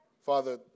Father